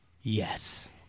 yes